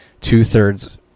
two-thirds